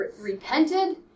repented